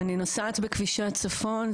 אני נוסעת בכבישי הצפון.